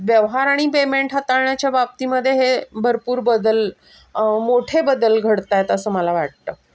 व्यवहार आणि पेमेंट हाताळण्याच्या बाबतीमध्ये हे भरपूर बदल मोठे बदल घडत आहेत असं मला वाटतं